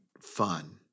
fun